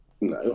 No